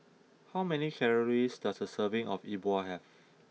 how many calories does a serving of E Bua have